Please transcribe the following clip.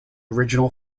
original